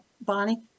Bonnie